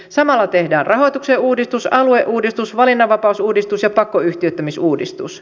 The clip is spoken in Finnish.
samalla tehdään rahoituksen uudistus alueuudistus valinnanvapausuudistus ja pakkoyhtiöittämisuudistus